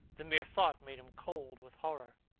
the mere thought made him cold with horror.